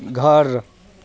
घर